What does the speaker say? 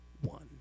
one